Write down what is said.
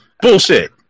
Bullshit